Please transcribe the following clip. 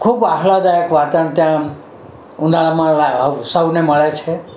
ખૂબ આહ્લાદક વાતાવરણ ત્યાં ઉનાળામાં સૌને મળે છે